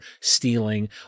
stealing